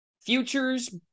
futures